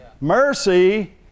Mercy